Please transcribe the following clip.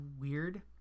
weird